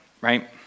right